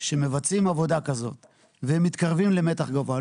כשמבצעים עבודה כזאת ומתקרבים למתח גבוה,